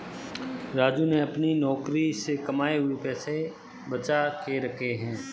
राजू ने अपने नौकरी से कमाए हुए पैसे बचा के रखे हैं